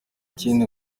ikindi